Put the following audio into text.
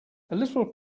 little